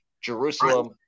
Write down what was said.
Jerusalem